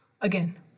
again